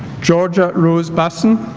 georgia rose basson